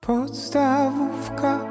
Podstawówka